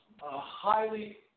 highly